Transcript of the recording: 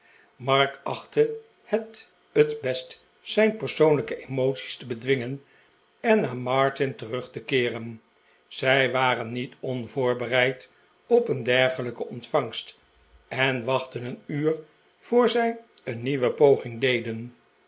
mark achtte het t best zijn persoonlijke emoties te bedwingen en naar martin terug te keeren zij waren niet onvoorbereid op een dergelijke ontvangst en wachtten een uur voor zij een nieuwe poging deden